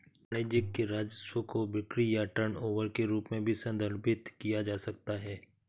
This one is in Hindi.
वाणिज्यिक राजस्व को बिक्री या टर्नओवर के रूप में भी संदर्भित किया जा सकता है